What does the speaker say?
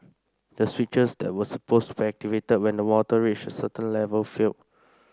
the switches that were supposed activated when the water reached certain level failed